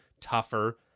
tougher